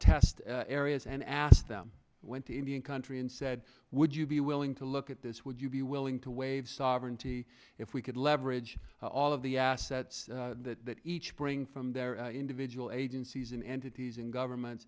test areas and asked them went to indian country and said would you be willing to look at this would you be willing to waive sovereignty if we could leverage all of the assets that each bring from their individual agencies and entities and government